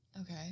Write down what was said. Okay